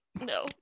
No